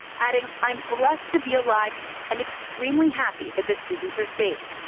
adding, i'm blessed to be alive and extremely happy that the students are safe.